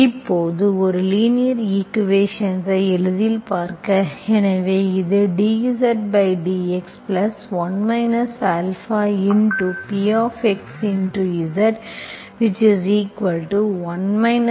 இப்போது ஒரு லீனியர் ஈக்குவேஷன்ஐ எளிதில் பார்க்க எனவே இது dZdx1 αPxZ1 α q